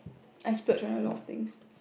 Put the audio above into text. I splurge on a lot of things